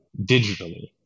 digitally